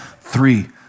three